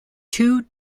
two